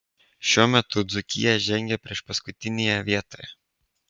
šiuo metu dzūkija žengia priešpaskutinėje vietoje